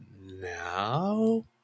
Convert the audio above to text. now